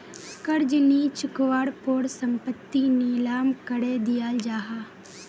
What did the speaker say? कर्ज नि चुक्वार पोर संपत्ति नीलाम करे दियाल जाहा